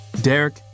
Derek